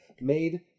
Made